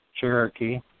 Cherokee